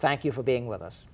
thank you for being with us